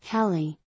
Kelly